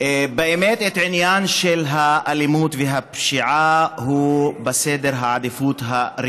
באמת העניין של האלימות והפשיעה הוא במקום ראשון בסדר העדיפויות.